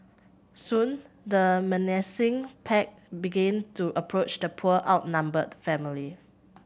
soon the menacing pack began to approach the poor outnumbered family